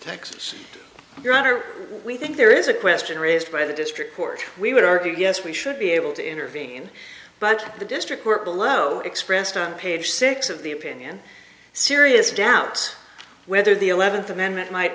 texas your honor we think there is a question raised by the district court we would argue yes we should be able to intervene but the district we're below expressed on page six of the opinion serious doubts whether the eleventh amendment m